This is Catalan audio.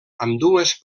ambdues